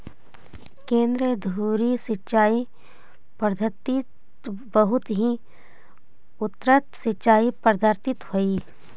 केन्द्रीय धुरी सिंचाई पद्धति बहुत ही उन्नत सिंचाई पद्धति हइ